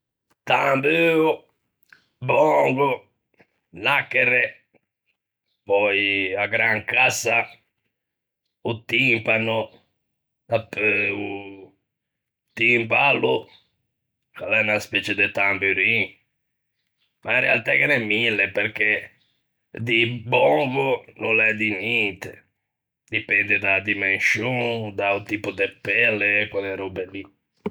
Tambuo, bongo, nacchere, pöi a grancassa, o timpano, dapeu oo.... timballo, che a l'é unna specie de tamburin, ma in realtæ ghe n'é mille, perché dî "bongo" no l'é dî ninte, dipende da-a dimenscion, da-o tipo de pelle, e quelle röbe lì.